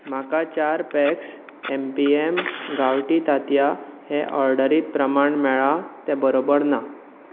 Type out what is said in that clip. म्हाका चार packs M P M गांवठी तांतयां हे ऑर्डरींत प्रमाण मेळ्ळां तें बरोबर ना